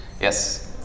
Yes